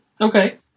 Okay